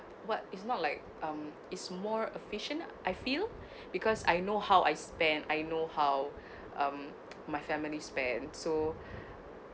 what it's not like um it's more efficient I feel because I know how I spend I know how um my family spend so